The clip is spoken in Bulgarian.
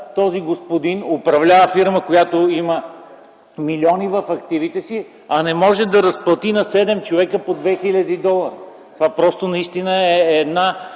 този господин управлява фирма, която има милиони в активите си, а не може да разплати на седем човека по 2000 долара! Това е една